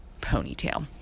ponytail